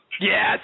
Yes